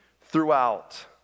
throughout